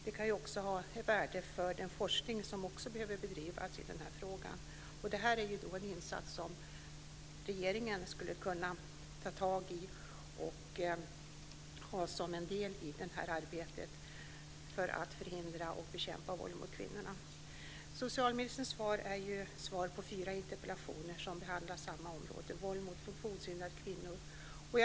Det kan ju också ha värde för den forskning som behöver bedrivas i den här frågan. Det här är en insats som regeringen skulle kunna göra som en del i arbetet med att förhindra och bekämpa våld mot kvinnor. Socialministerns svar är ett svar på fyra interpellationer som behandlar samma område: våld mot funktionshindrade kvinnor.